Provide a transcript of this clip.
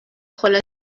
خلاصه